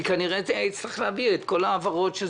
אני כנראה אצטרך להביא את כל ההעברות.